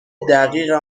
دقیق